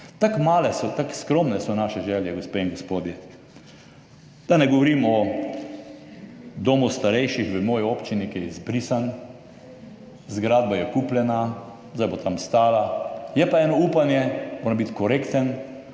Tako male so, tako skromne so naše želje, gospe in gospodje. Da ne govorim o domu starejših v moji občini, ki je izbrisan. Zgradba je kupljena, zdaj bo tam stala. Je pa eno upanje, moram biti korekten